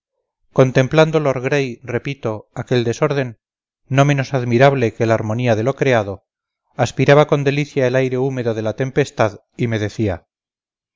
contemplando lord gray repito aquel desorden no menos admirable que la armonía de lo creado aspiraba con delicia el aire húmedo de la tempestad y me decía